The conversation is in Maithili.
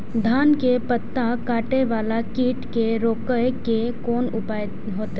धान के पत्ता कटे वाला कीट के रोक के कोन उपाय होते?